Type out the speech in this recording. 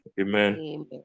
amen